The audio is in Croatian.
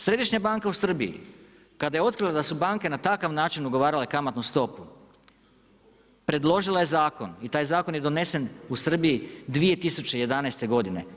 Središnja banka u Srbiji kada je otkrila da su banke na takav način ugovarale kamatnu stopu predložila je zakon i taj je zakon donesen u Srbiji 2011. godine.